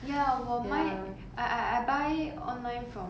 ya 我 my I I I buy online from